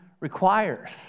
requires